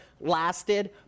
lasted